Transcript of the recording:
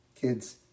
Kids